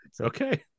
Okay